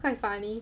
quite funny